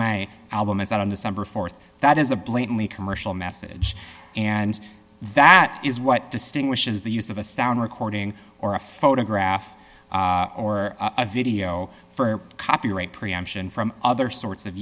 my album is out on december th that is a blatantly commercial message and that is what distinguishes the use of a sound recording or a photograph or a video for copyright preemption from other sorts of